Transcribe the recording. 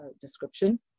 description